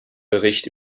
bericht